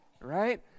right